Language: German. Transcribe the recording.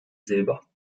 silber